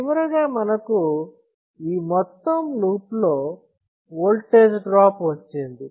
చివరగా మనకు ఈ మొత్తం లూప్ లో ఓల్టేజ్ డ్రాప్ వచ్చింది